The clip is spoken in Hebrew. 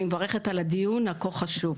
אני מברכת על הדיון הכה חשוב.